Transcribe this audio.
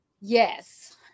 Yes